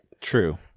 True